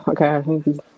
okay